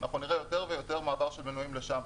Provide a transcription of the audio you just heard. אנחנו נראה יותר ויותר מעבר של מנויים לשם.